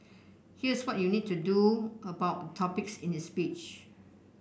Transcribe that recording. here's what you need to about topics in this speech